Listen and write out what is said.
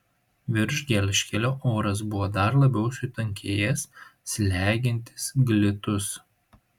virš gelžkelio oras buvo dar labiau sutankėjęs slegiantis glitus